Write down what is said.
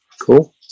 Cool